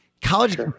college